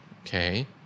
Okay